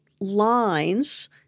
lines